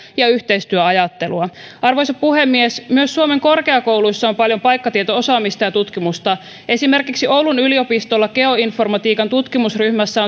ja yhteistyöajattelua arvoisa puhemies myös suomen korkeakouluissa on paljon paikkatieto osaamista ja tutkimusta esimerkiksi oulun yliopistolla geoinformatiikan tutkimusryhmässä